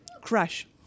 Crash